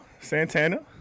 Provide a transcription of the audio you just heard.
Santana